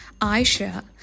Aisha